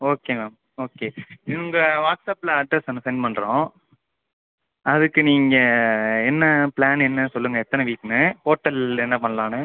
okay ma'am okay இந்த வாட்ஸ்அப்பில் address நாங்கள் சென்ட் பண்ணுறோம் அதுக்கு நீங்கள் என்ன ப்ளான் என்ன சொல்லுங்கள் எத்தனை வீக்கு ஹோட்டல் என்ன பண்ணாலான்னு